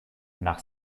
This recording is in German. nach